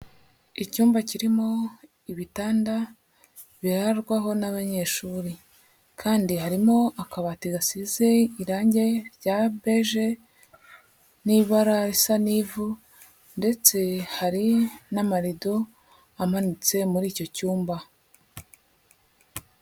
Icyumba kirimo ibitanda birarwaho n'abanyeshuri kandi harimo akabati gasize irangi rya beje n'ibara risa n'ivu ndetse hari n'amarido amanitse muri icyo cyumba.